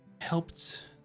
helped